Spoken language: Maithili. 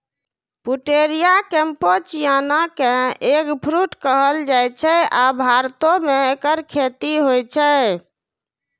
पुटेरिया कैम्पेचियाना कें एगफ्रूट कहल जाइ छै, आ भारतो मे एकर खेती होइ छै